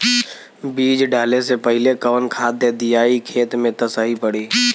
बीज डाले से पहिले कवन खाद्य दियायी खेत में त सही पड़ी?